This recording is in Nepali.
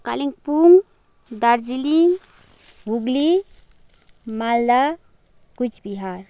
कालिम्पोङ दार्जिलिङ हुगली मालदा कुचबिहार